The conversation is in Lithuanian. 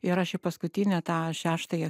ir aš į paskutinę tą šeštąją